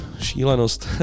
šílenost